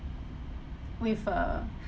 with a